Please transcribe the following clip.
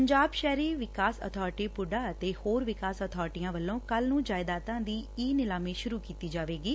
ਪੰਜਾਬ ਸ਼ਹਿਰੀ ਵਿਕਾਸ ਅਬਾਰਟੀ ਪੁੱਡਾ ਅਤੇ ਹੋਰ ਵਿਕਾਸ ਅਬਾਰਟੀਆਂ ਵੱਲੋਂ ਕੱਲੂ ਨੂੰ ਜਾਇਦਾਦਾਂ ਦੀ ਈ ਨੀਲਾਮੀ ਸ਼ੁਰੁ ਕੀਡੀ ਜਾਵੇਗੀ